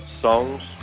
songs